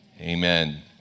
Amen